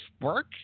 work